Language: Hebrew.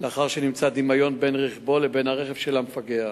לאחר שנמצא דמיון בין רכבו לבין הרכב של המפגע,